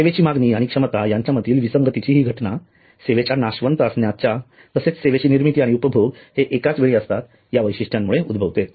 सेवेची मागणी आणि क्षमता यांच्यामधील विसंगतीची ही घटना सेवेच्या नाशवंत असण्याच्या तसेच सेवेची निर्मिती आणि उपभोग हे एकाच वेळी असतात या वैशिष्ट्यांमुळे उद्भवते